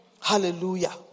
Hallelujah